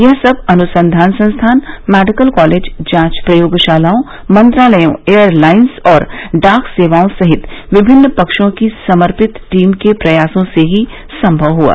यह सब अनुसंधान संस्थान मेडिकल कॉलेज जांच प्रयोगशालाओं मंत्रालयों एयर लाइंस और डाक सेवाओं सहित विभिन्न पक्षों की समर्पित टीम के प्रयासों से ही संभव हुआ